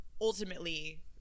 ultimately